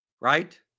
Right